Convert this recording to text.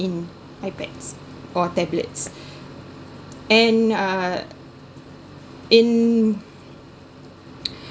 in ipads or tablets and uh in